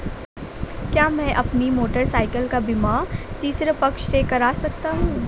क्या मैं अपनी मोटरसाइकिल का बीमा तीसरे पक्ष से करा सकता हूँ?